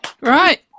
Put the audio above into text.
Right